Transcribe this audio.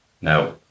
Now